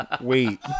wait